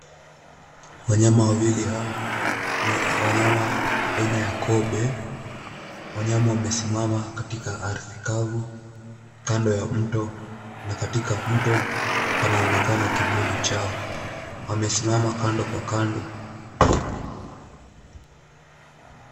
Wanyama wawili, hawa ni wanyama aina ya kobe. Wanyama wamesimama katika ardhi kavu kando ya mto na katika mto panaonekana kivuli chao. Wamesimama kando kwa kwando.